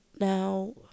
now